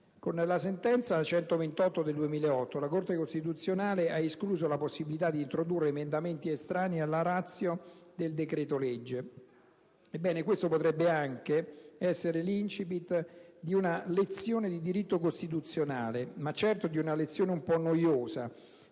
Con la sentenza n. 128 del 2008, la Corte costituzionale ha escluso la possibilità di introdurre emendamenti estranei alla *ratio* del decreto-legge. Ebbene questo potrebbe essere anche l'*incipit* di una lezione di diritto costituzionale, ma certo di una lezione un po' noiosa,